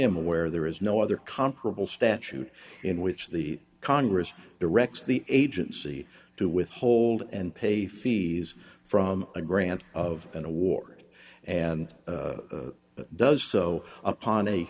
am aware there is no other comparable statute in which the congress directs the agency to withhold and pay fees from a grant of an award and does so upon a